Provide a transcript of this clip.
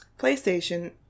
PlayStation